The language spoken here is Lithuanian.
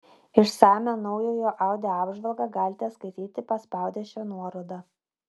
išsamią naujojo audi apžvalgą galite skaityti paspaudę šią nuorodą